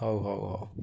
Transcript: ହଉ ହଉ ହଉ